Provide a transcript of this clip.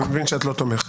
אני מבין שאת לא תומכת.